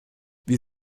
wie